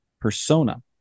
persona